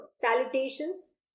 salutations